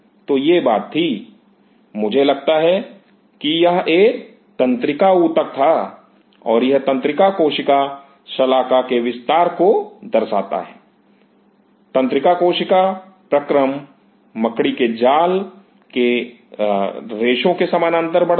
तो यह बात थी मुझे लगता है कि यह एक तंत्रिका ऊतक था और यह तंत्रिका कोशिका शलाका के विस्तार को दर्शाता है तंत्रिका कोशिका प्रक्रम मकड़ी के जाल के रेशों के समानांतर बढ़ रही हैं